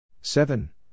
seven